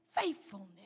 faithfulness